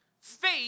faith